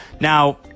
Now